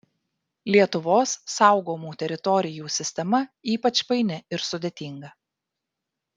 lietuvos saugomų teritorijų sistema ypač paini ir sudėtinga